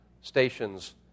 stations